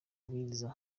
kubwiriza